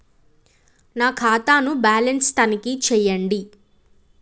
నా ఖాతా ను బ్యాలన్స్ తనిఖీ చేయండి?